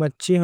مچھی